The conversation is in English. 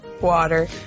water